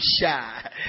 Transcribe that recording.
shy